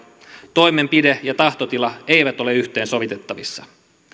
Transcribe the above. toimenpide ja tahtotila eivät ole yhteensovitettavissa